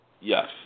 Yes